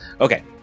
Okay